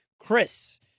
Chris